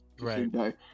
right